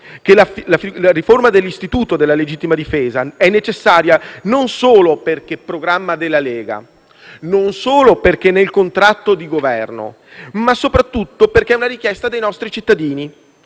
la riforma dell'istituto della legittima difesa è necessaria non solo perché fa parte del programma della Lega e del contratto di Governo, ma soprattutto perché è una richiesta dei nostri cittadini.